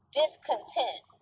discontent